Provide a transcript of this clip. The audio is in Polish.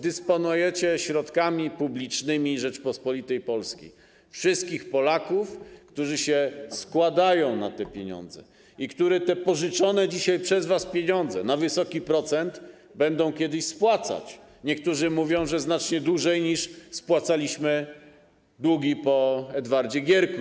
Dysponujecie środkami publicznymi Rzeczypospolitej Polskiej, wszystkich Polaków, którzy składają się na te pieniądze i którzy te pożyczone dzisiaj przez was na wysoki procent pieniądze będą kiedyś spłacać, niektórzy mówią, że znacznie dłużej, niż spłacaliśmy długi po śp. Edwardzie Gierku.